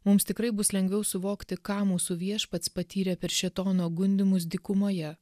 mums tikrai bus lengviau suvokti ką mūsų viešpats patyrė per šėtono gundymus dykumoje